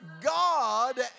God